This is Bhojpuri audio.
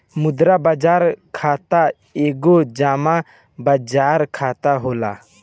मुद्रा बाजार खाता एगो जमा बाजार खाता होला